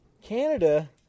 Canada